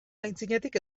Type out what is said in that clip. aitzinetik